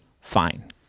fine